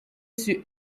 sur